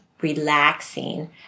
relaxing